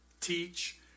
teach